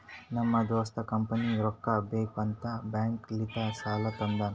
ನಮ್ ದೋಸ್ತ ಕಂಪನಿಗ್ ರೊಕ್ಕಾ ಬೇಕ್ ಅಂತ್ ಬ್ಯಾಂಕ್ ಲಿಂತ ಸಾಲಾ ತಂದಾನ್